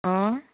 हय